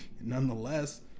Nonetheless